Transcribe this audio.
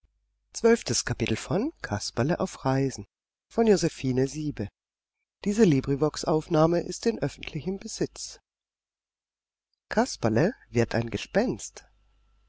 er an ein gespenst